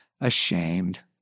ashamed